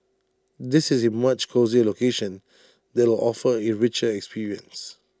this is A much cosier location that will offer A richer experience